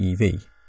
ev